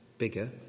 bigger